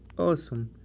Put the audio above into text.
awesome!